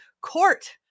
Court